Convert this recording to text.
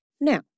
Now